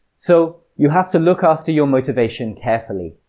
so, you have to look after your motivation carefully.